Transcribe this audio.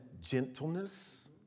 gentleness